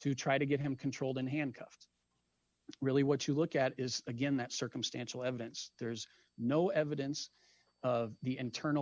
to try to get him controlled and handcuffed really what you look at is again that circumstantial evidence there's no evidence of the internal